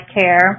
Care